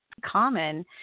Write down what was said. Common